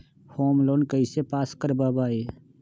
Home loan कैसे pass कर बाबई?